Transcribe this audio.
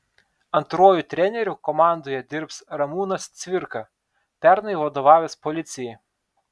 antruoju treneriu komandoje dirbs ramūnas cvirka pernai vadovavęs policijai